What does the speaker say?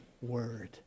word